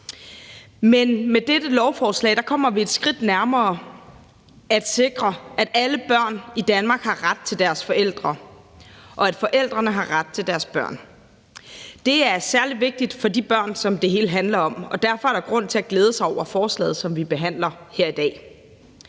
Men med dette lovforslag kommer vi det et skridt nærmere at sikre, at alle børn i Danmark har ret til deres forældre, og at forældrene har ret til deres børn. Det er særlig vigtigt for de børn, som det hele handler om, og derfor er der grund til at glæde sig over forslaget, som vi behandler her i dag.